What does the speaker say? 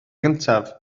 gyntaf